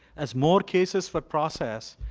as more cases for process,